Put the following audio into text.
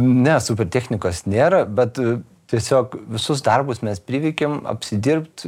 ne super technikos nėra bet tiesiog visus darbus mes priveikėm apsidirbt